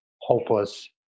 hopeless